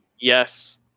Yes